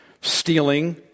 stealing